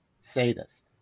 sadist